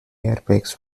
airbags